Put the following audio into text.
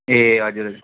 ए हजुर हजुर